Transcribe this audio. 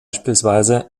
bspw